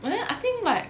but then I think like